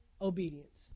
obedience